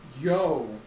Yo